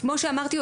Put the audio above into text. כמו שאמרתי,